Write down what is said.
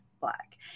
black